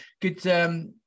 good